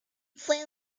fue